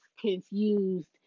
confused